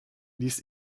ließ